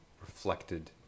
reflected